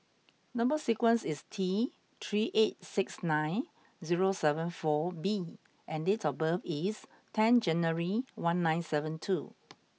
number sequence is T three eight six nine zero seven four B and date of birth is ten January one nine seven two